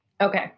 Okay